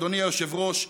אדוני היושב-ראש,